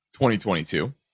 2022